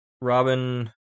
Robin